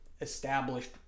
established